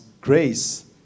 grace